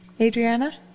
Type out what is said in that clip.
Adriana